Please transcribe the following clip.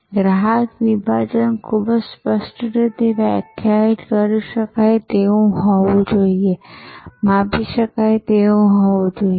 ગ્રાહક વિભાજન ખૂબ જ સ્પષ્ટ રીતે વ્યાખ્યાયિત કરી શકાય તેવું હોવું જોઈએ માપી શકાય તેવું હોવું જોઈએ